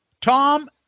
Tom